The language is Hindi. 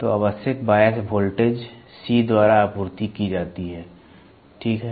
तो आवश्यक बायस वोल्टेज C द्वारा आपूर्ति की जाती है ठीक है